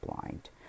blind